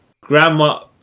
grandma